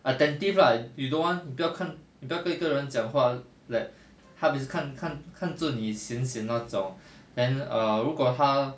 attentive lah you don't want 不要看不要跟一个人讲话 like 她每次看看看着你 sian sian 那种 then err 如果她